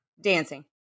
dancing